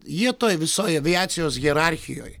jie toj visoj aviacijos hierarchijoj